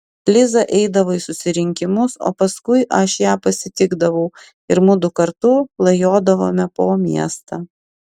liza eidavo į susirinkimus o paskui aš ją pasitikdavau ir mudu kartu klajodavome po miestą